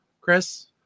Chris